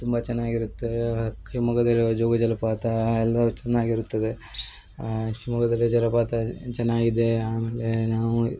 ತುಂಬ ಚೆನ್ನಾಗಿರುತ್ತೆ ಶಿವಮೊಗ್ಗದಲ್ಲಿರುವ ಜೋಗ ಜಲಪಾತ ಎಲ್ಲ ಚೆನ್ನಾಗಿರುತ್ತದೆ ಶಿವಮೊಗ್ಗದಲ್ಲಿ ಜಲಪಾತ ಚೆನ್ನಾಗಿದೆ ಆಮೇಲೆ ನಾವು